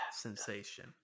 sensation